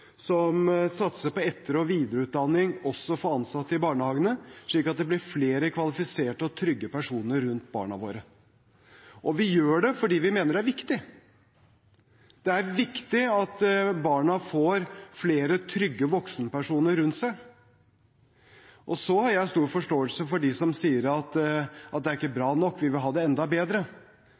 satser på etter- og videreutdanning også for ansatte i barnehagene, slik at det blir flere kvalifiserte og trygge personer rundt barna våre. Vi gjør det fordi vi mener det er viktig. Det er viktig at barna får flere trygge voksenpersoner rundt seg. Jeg har stor forståelse for at noen sier at det ikke er bra nok, at de vil ha det enda bedre.